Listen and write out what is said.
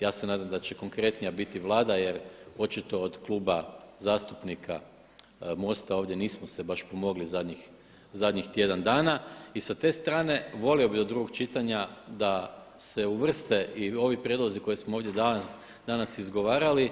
Ja se nadam da će konkretnija biti Vlada jer očito od Kluba zastupnika MOST-a ovdje nismo se baš pomogli zadnjih tjedan dana i sa te strane volio bi da do drugog čitanja da se uvrste i ovi prijedlozi koje smo ovdje danas izgovarali,